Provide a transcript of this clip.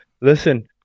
listen